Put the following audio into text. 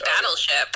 Battleship